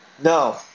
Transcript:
No